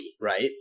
right